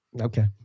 Okay